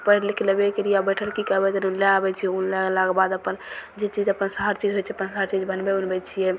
पढ़ि लिख लेबय कयलियै आब बैठल की करबय जे ऊन लए आबय छियै ऊन लए अयलाके बाद अपन जे चीज अपन हर चीज होइ छै अपन हर चीज बनबय उनबय छियै